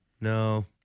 No